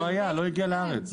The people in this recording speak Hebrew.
לא היה, לא הגיע לארץ.